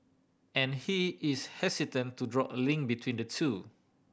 and he is hesitant to draw a link between the two